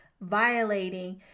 violating